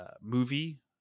movie